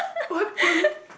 what the